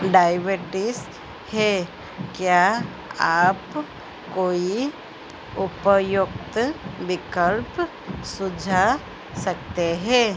diabetes है क्या आप कोई उपयुक्त विकल्प सुझा सकते हैं